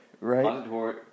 Right